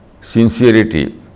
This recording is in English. sincerity